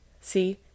See